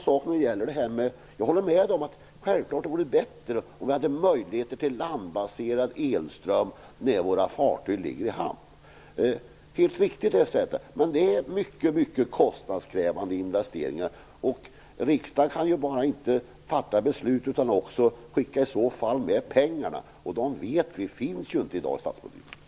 Jag håller självklart också med om att det vore bättre om fartyg som ligger i hamn hade möjlighet till landbaserad elström, men för detta erfordras mycket kostnadskrävande investeringar. Riksdagen kan inte fatta beslut om detta utan att också skicka med pengar till detta, och de finns som bekant inte i statsbudgeten i dag.